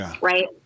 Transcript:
Right